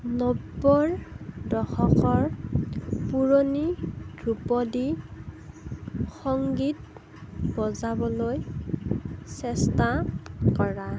নব্বৈৰ দশকৰ পুৰণি ধ্ৰুপদী সংগীত বজাবলৈ চেষ্টা কৰা